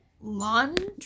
laundry